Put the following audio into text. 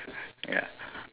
ya